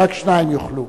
ורק שניים יוכלו.